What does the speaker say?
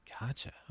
Gotcha